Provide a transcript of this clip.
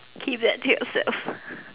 keep that to yourself